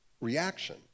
reaction